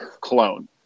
clone